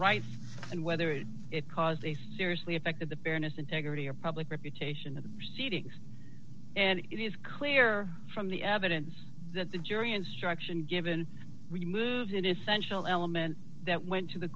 rights and whether it caused a seriously affected the fairness integrity or public reputation of the proceedings and it is clear from the evidence that the jury instruction given removes it essential element that went to the